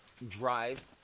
drive